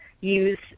use